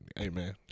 Amen